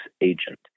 agent